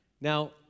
Now